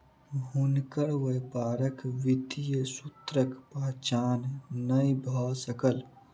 हुनकर व्यापारक वित्तीय सूत्रक पहचान नै भ सकल